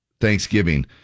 Thanksgiving